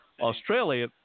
Australia